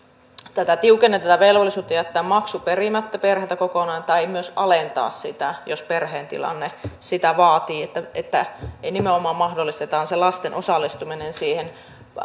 tiukennetaan tätä velvollisuutta jättää maksu perimättä perheeltä kokonaan tai myös alentaa sitä jos perheen tilanne sitä vaatii että että nimenomaan mahdollistetaan se lasten osallistuminen siihen